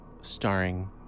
Starring